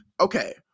Okay